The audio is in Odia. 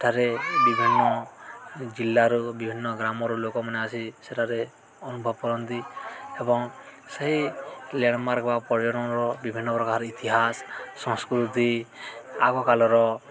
ସେଠାରେ ବିଭିନ୍ନ ଜିଲ୍ଲାରୁ ବିଭିନ୍ନ ଗ୍ରାମରୁ ଲୋକମାନେ ଆସି ସେଠାରେ ଅନୁଭବ କରନ୍ତି ଏବଂ ସେହି ଲେଣ୍ଡମାର୍କ ବା ପର୍ଯ୍ୟଟନର ବିଭିନ୍ନ ପ୍ରକାର ଇତିହାସ ସଂସ୍କୃତି ଆଗକାଳର